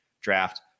draft